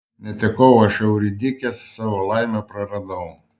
netekau aš euridikės savo laimę praradau